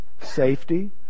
safety